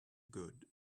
good